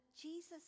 Jesus